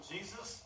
Jesus